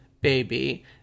baby